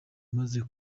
maze